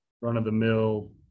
run-of-the-mill